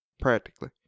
Practically